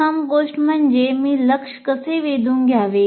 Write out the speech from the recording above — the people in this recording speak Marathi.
प्रथम गोष्ट म्हणजे मी लक्ष कसे वेधून घ्यावे